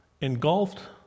engulfed